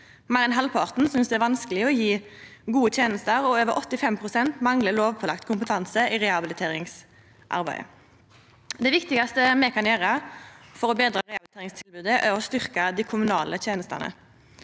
Meir enn halvparten synest det er vanskeleg å gje gode tenester, og over 85 pst. manglar lovpålagd kompetanse i rehabiliteringsarbeidet. Det viktigaste me kan gjera for å betra rehabiliteringstilbodet, er å styrkja dei kommunale tenestene.